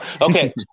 Okay